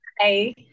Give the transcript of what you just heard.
Hi